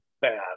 bad